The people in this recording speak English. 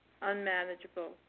unmanageable